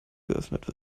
geöffnet